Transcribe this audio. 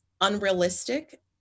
unrealistic